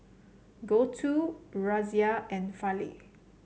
Gouthu Razia and Fali